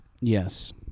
Yes